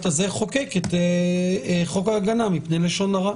הזה חוקק את חוק ההגנה מפני לשון הרע.